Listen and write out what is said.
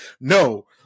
no